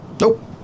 Nope